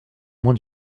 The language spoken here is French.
moins